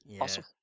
Awesome